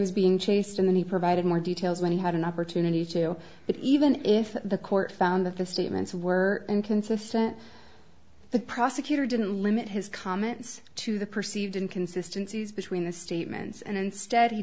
was being chased and then he provided more details when he had an opportunity to but even if the court found that the statements were inconsistent the prosecutor didn't limit his comments to the perceived inconsistency between the statements and instead he